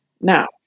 Now